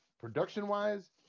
Production-wise